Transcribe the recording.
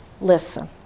Listen